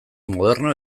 moderno